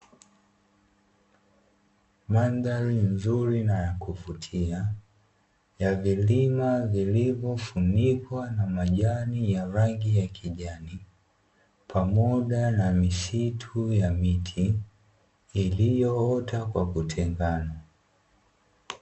Mandhari nzuri ya kuvutia ya vilima vilivyofunikwa na majani ya rangi ya kijani, pamoja na misitu ya miti iliyoota kwa kutengana.